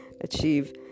achieve